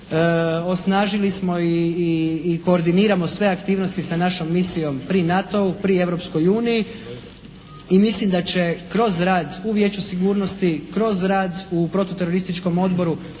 Osnažili smo i koordiniramo sve aktivnosti sa našom misijom pri NATO-u, pri Europskoj uniji. I mislim da će kroz rad u Vijeću sigurnosti, kroz rad u protuterorističkom odboru